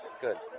Good